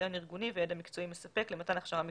ניסיון ארגוני וידע מקצועי מספק למתן הכשרה מקצועית,